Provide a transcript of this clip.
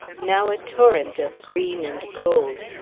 now a torrent of green and gold.